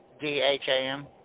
D-H-A-M